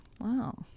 wow